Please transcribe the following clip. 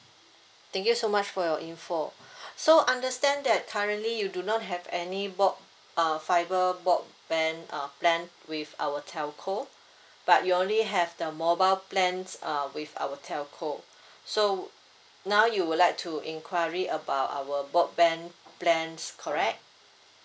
thank you so much for your info so understand that currently you do not have any broad~ uh fibre broadband uh plan with our telco but you only have the mobile plans uh with our telco so now you would like to enquiry about our broadband plans correct